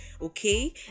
Okay